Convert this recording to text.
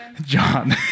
John